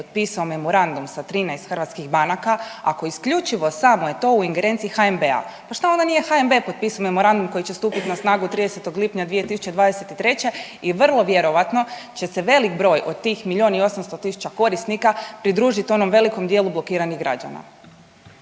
potpisao memorandum sa 13 hrvatskih banaka ako isključivo samo je to u ingerenciji HNB-a, pa šta onda nije HNB potpisao memorandum koji će stupiti na snagu 30. lipnja 2023. i vrlo vjerojatno će se velik broj od tih milion i 800 tisuća korisnika pridružiti onom velikom dijelu blokiranih građana.